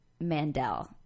Mandel